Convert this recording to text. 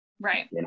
right